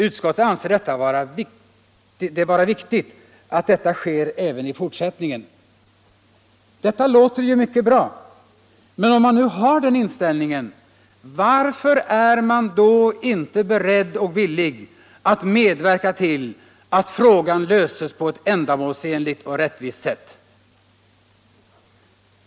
Utskottet anser det vara viktigt att detta sker även i fortsättningen. Detta låter ju mycket bra, men om man nu har den inställningen, varför är man då inte beredd och villig att medverka till att frågan löses på ett ändamålsenligt och rättvist sätt?